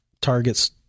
targets